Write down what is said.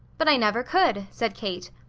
but i never could, said kate.